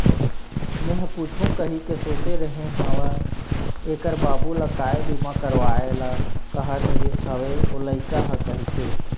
मेंहा पूछहूँ कहिके सोचे रेहे हव ऐखर बाबू ल काय बीमा करवाय ल कहत रिहिस हवय ओ लइका ह कहिके